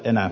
mitä